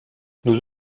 nous